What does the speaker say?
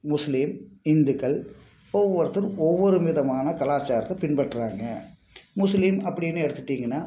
முஸ்லீம் இந்துக்கள் ஒவ்வொருத்தரும் ஒவ்வொரு விதமான கலாச்சாரத்தை பின்பற்றுறாங்க முஸ்லீம் அப்படின் எடுத்துகிட்டிங்கனா